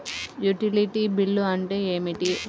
Utility bill అంటే ఏమిటి?